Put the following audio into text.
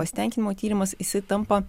pasitenkinimo tyrimas jisai tampa